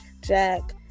Jack